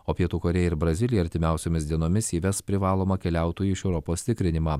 o pietų korėja ir brazilija artimiausiomis dienomis įves privalomą keliautojų iš europos tikrinimą